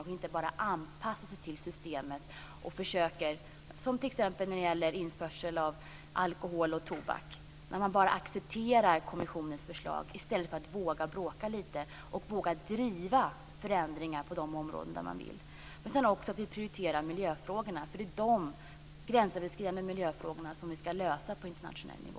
Sverige bör inte bara anpassa sig till systemet som man gjorde när det gällde införsel av alkohol och tobak - då accepterade man bara kommissionens förslag i stället för att våga bråka lite - utan våga driva förändringar på de områden där man vill ha det. Sverige måste prioritera miljöfrågorna, för det är sådana gränsöverskridande problem som vi ska lösa på internationell nivå.